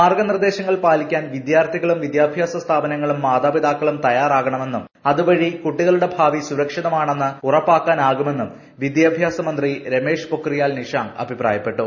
മാർഗ്ഗ നിർദ്ദേശങ്ങൾ പാലിക്കാൻ വിദ്യാർത്ഥികളും വിദ്യാഭ്യാസ സ്ഥാപനങ്ങളും മാതാപിതാക്കളും തയ്യാറാകണമെന്നും അതുവഴി കുട്ടികളുടെ ഭാവി സുരക്ഷിതമാണെന്ന് ഉറപ്പാക്കാനാകുമെന്നും വിദ്യാഭ്യാസ മന്ത്രി രമേശ് പൊക്രിയാൽ നിഷാങ്ക് അഭിപ്രായപ്പെട്ടു